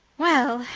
well,